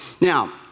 Now